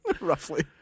roughly